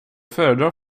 föredrar